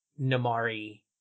Namari